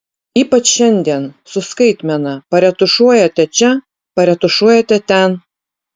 ypač šiandien su skaitmena paretušuojate čia paretušuojate ten